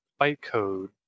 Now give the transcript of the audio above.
bytecode